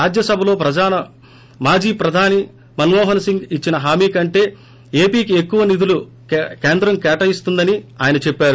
రాజ్యసభలో మాజీ ప్రధాని మన్మోహన్ సింగ్ ఇచ్చిన హామీ కంటే ఏపీకి ఎక్కువ నిధులు కేంద్రం ఇస్తోందని అయన చెప్పారు